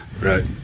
Right